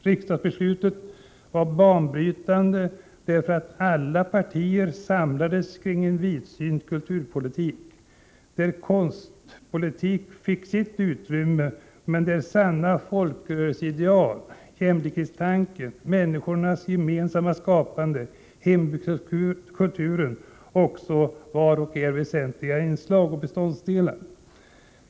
Riksdagsbeslutet var banbrytande därför att alla partier samlades bakom en vidsynt kulturpolitik, där konstpolitik fick sitt utrymme, men där sanna folkrörelseideal — jämlikhetstanken, människors gemensamma skapande, hembygdskulturen — också var väsentliga inslag och beståndsdelar.